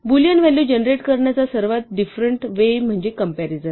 Boolean value generate करण्याचा सर्वात frequent way म्हणजे कंप्यारीझन